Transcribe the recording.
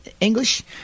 English